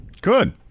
Good